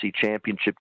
Championship